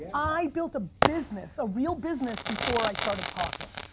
i built a business, a real business, before i started talking.